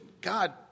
God